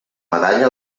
medalla